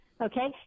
okay